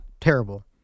terrible